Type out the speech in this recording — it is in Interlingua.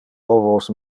ovos